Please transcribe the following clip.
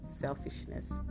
selfishness